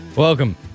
Welcome